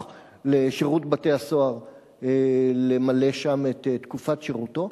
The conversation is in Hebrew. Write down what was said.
לשירות בתי-הסוהר למלא שם את תקופת שירותו,